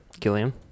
Gillian